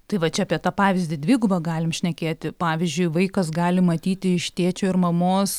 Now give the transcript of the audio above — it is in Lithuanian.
tai va čia apie tą pavyzdį dvigubą galim šnekėti pavyzdžiui vaikas gali matyti iš tėčio ir mamos